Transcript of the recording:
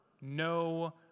no